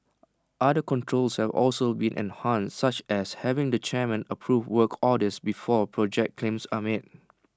other controls have also been enhanced such as having the chairman approve works orders before project claims are made